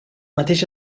mateix